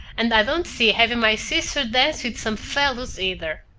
and i don't see having my sister dance with some fellows, either.